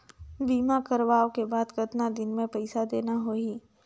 बीमा करवाओ के बाद कतना दिन मे पइसा देना हो ही?